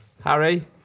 Harry